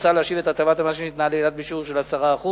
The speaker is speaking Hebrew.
מוצע להשיב את הטבת המס שניתנה לאילת בשיעור של 10%